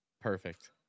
Perfect